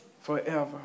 forever